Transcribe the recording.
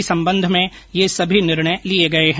इसी संबंध में यह सभी निर्णय लिये गये है